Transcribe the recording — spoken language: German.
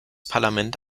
parlament